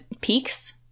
peaks